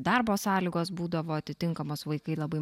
darbo sąlygos būdavo atitinkamis vaikai labai